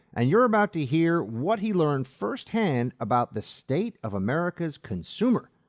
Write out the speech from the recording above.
and you're about to hear what he learned firsthand about the state of america's consumer.